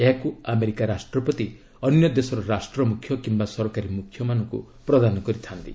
ଏହାକୁ ଆମେରିକା ରାଷ୍ଟ୍ରପତି ଅନ୍ୟ ଦେଶର ରାଷ୍ଟ୍ର ମୁଖ୍ୟ କିମ୍ବା ସରକାରୀ ମୁଖ୍ୟଙ୍କୁ ପ୍ରଦାନ କରିଥାନ୍ତି